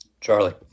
Charlie